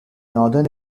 northern